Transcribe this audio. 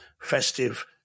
festive